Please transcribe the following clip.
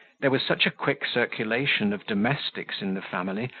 there was such a quick circulation of domestics in the family,